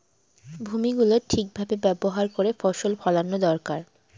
ভূমি গুলো ঠিক ভাবে ব্যবহার করে ফসল ফোলানো দরকার